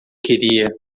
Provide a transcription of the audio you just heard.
queria